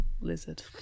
lizard